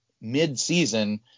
mid-season